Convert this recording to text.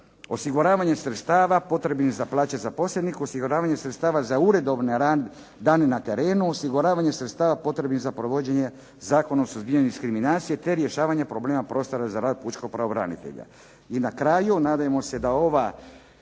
Osiguravanje sredstava potrebnih za plaće za … /Govornik se ne razumije./…, osiguravanje sredstava za uredovne dane na terenu, osiguravanje sredstava potrebnih za provođenje Zakona o suzbijanju diskriminacije, te rješavanje problema prostora za rad pučkog pravobranitelja.